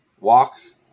Walks